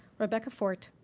rebecca forte,